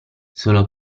solo